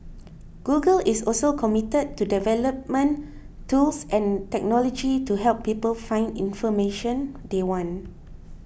Google is also committed to development tools and technology to help people find information they want